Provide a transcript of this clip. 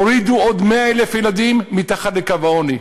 הורידו עוד 100,000 ילדים מתחת לקו העוני,